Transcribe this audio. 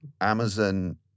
Amazon